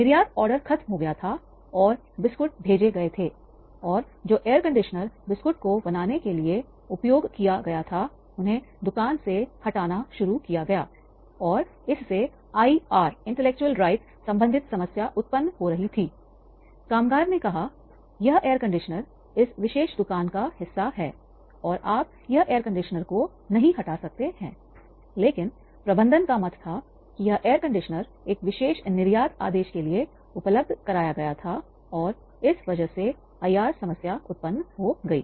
निर्यात ऑर्डर खत्म हो गया था और बिस्कुट भेजे गए थे और जो एयर कंडीशनर बिस्कुट को बनाने के लिए उपयोग किया गया था उन्हें दुकान से हटाना शुरू किया गया था और इसमें आईआर समस्या उत्पन्न हो गई